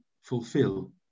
fulfill